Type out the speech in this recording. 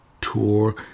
tour